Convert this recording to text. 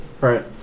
Right